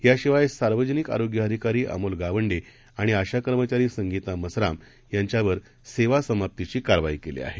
याशिवायसार्वजनिकआरोग्यअधिकारीअमोलगावंडेआणिआशाकर्मचारीसंगीतामसरामयांच्यावरसेवासमाप्तीचीकारवाईकेलीआहे